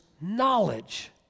knowledge